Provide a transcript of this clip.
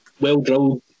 well-drilled